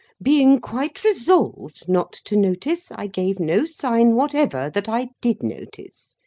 being quite resolved not to notice, i gave no sign whatever that i did notice.